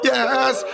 Yes